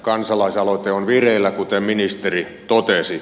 kansalaisaloite on vireillä kuten ministeri totesi